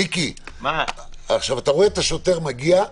מיקי, אתה רואה את השוטר מגיע,